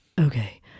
okay